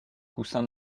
coussins